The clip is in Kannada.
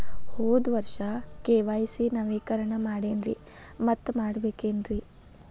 ಹೋದ ವರ್ಷ ಕೆ.ವೈ.ಸಿ ನವೇಕರಣ ಮಾಡೇನ್ರಿ ಮತ್ತ ಮಾಡ್ಬೇಕೇನ್ರಿ?